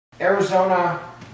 Arizona